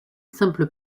simple